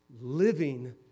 living